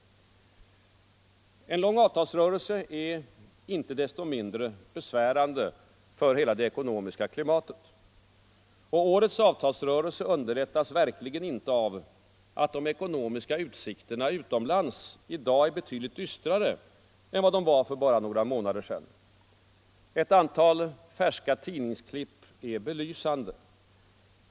En lång avtalsrörelse är inte desto mindre besvärande för hela det ekonomiska klimatet. Årets avtalsrörelse underlättas verkligen inte av att de ekonomiska utsikterna utomlands i dag är betydligt dystrare än de var för bara några månader sedan. Ett antal färska tidningsklipp är belysande.